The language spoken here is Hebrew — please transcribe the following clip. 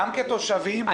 גם כתושבים וגם כמסעדנים.